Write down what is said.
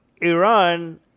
Iran